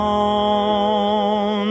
on